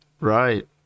right